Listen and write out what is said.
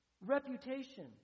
reputation